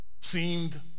seemed